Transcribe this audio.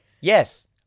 yes